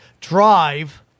drive